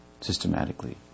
systematically